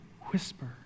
whisper